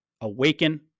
awaken